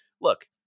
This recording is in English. look